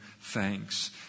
thanks